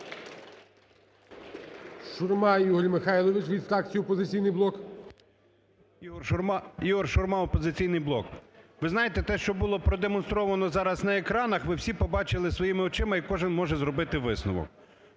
Шурма Ігор Михайлович від фракції "Опозиційний блок". 17:18:54 ШУРМА І.М. Ігор Шурма "Опозиційний блок". Ви знаєте, те, що було продемонстровано зараз на екранах, ви всі побачили своїми очима і кожен може зробити висновок.